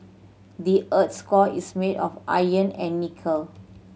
the earth's core is made of iron and nickel